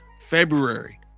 February